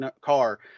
car